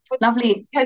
lovely